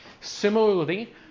Similarly